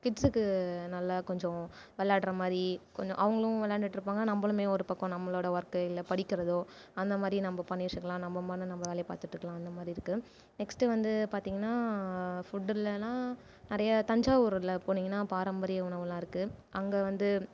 கிட்ஸுக்கு நல்ல கொஞ்சம் விளாட்ற மாதிரி கொஞ்சம் அவங்களும் விளாண்டுட்ருப்பாங்க நம்மளுமே ஒரு பக்கம் நம்மளோடய ஒர்க்கு இல்லை படிக்கிறதோ அந்த மாதிரி நம்ம பண்ணிட்டுருக்கலாம் நம்ம மானு நம்ம வேலையை பார்த்துட்ருக்கலாம் அந்த மாதிரி இருக்குது நெக்ஸ்ட்டு வந்து பார்த்தீங்கன்னா ஃபுட்டுல்லலாம் நிறைய தஞ்சாவூர் உள்ள போனிங்கன்னா பாரம்பரிய உணவுலாம் இருக்குது அங்கே வந்து